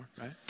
right